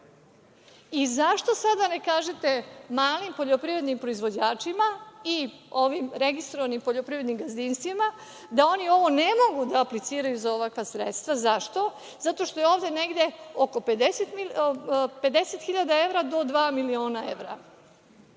sada ne kažete malim poljoprivrednim proizvođačima i ovim registrovanim poljoprivrednim gazdinstvima, da oni ne mogu da apliciraju za ovakva sredstva. Zašto? Zato što je ovde negde oko 50 hiljada evra do dva miliona evra.